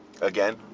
again